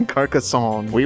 Carcassonne